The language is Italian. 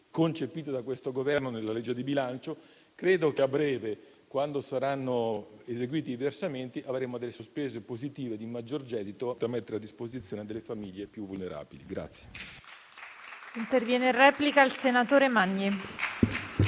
concepita da questo Governo nella legge di bilancio. Credo che a breve, quando saranno eseguiti i versamenti, avremo delle sorprese positive di maggior gettito da mettere a disposizione delle famiglie più vulnerabili.